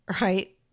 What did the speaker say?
right